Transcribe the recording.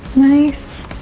nice.